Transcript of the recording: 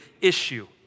issue